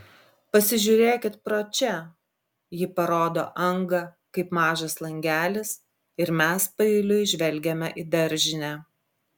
pasižiūrėkit pro čia ji parodo angą kaip mažas langelis ir mes paeiliui žvelgiame į daržinę